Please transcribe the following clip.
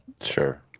Sure